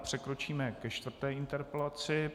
Přikročíme ke čtvrté interpelaci.